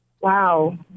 Wow